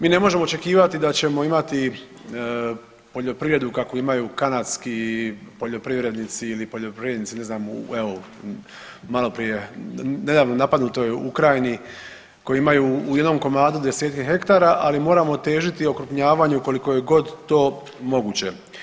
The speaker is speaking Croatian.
Mi ne možemo očekivati da ćemo imati poljoprivredu kakvu imaju kanadski poljoprivrednici ili poljoprivrednici evo malo prije u nedavno napadnutoj Ukrajini koji imaju u jednom komadu 10-tke hektara, ali moramo težiti okrupnjavanju koliko je god to moguće.